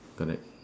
correct